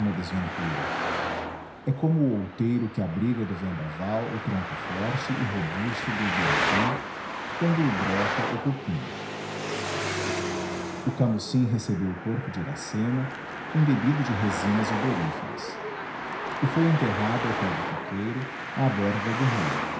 desventura é como o outeiro que abriga do vendaval o tronco forte e robusto do ubiratã quando o broca o cupim o camucim recebeu o corpo de iracema embebido de resinas odoríferas e foi enterrado ao pé do coqueiro à borda do rio